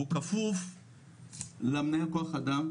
והוא כפוף למנהל כוח אדם,